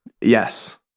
Yes